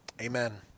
Amen